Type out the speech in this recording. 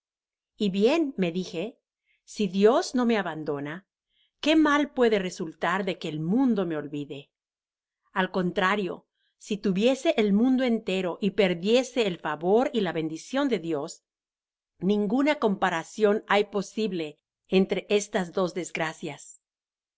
y bien me dije si dios no me abandona qué mal puede resultar de que el mundo me olvide al contrario si tuviese el mundo entero y perdiere el favor y la bendicion de dios ninguna comparacion hay posible entre estas dos desgracias no